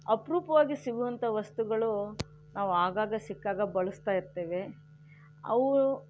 ಅಪರೂಪವಾಗಿ ಸಿಗೋವಂಥ ವಸ್ತುಗಳು ನಾವು ಆಗಾಗ ಸಿಕ್ಕಾಗ ಬಳಸ್ತಾ ಇರ್ತೇವೆ ಅವು